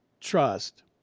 trust